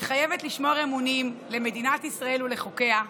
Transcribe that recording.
מתחייבת לשמור אמונים למדינת ישראל ולחוקיה,